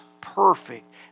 perfect